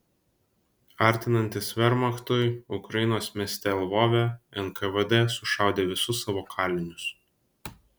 artinantis vermachtui ukrainos mieste lvove nkvd sušaudė visus savo kalinius